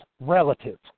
relative